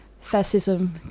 fascism